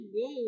go